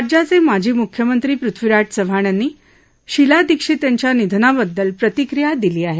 राज्याचे माजी मुख्यमंत्री पृथ्वीराज चव्हाण यांनी शिला दीक्षित यांच्या निधनाबद्दल प्रतिक्रिया दिली आहे